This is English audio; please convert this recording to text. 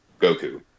goku